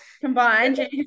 Combined